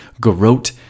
garrote